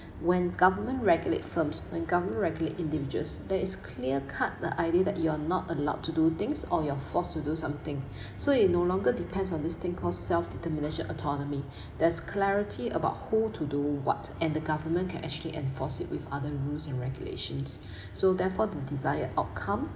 when government regulate firms when government regulate individuals that is clear cut the idea that you are not allowed to do things or you're forced to do something so you no longer depends on this thing called self determination autonomy there's clarity about who to do what and the government can actually enforce it with other rules and regulations so therefore the desired outcome